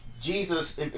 Jesus